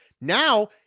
Now